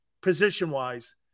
position-wise